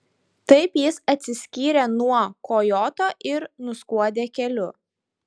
taip jis atsiskyrė nuo kojoto ir nuskuodė keliu